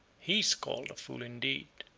he is called a fool indeed.